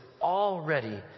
already